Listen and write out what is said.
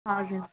हजुर